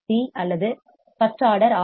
C அல்லது first order R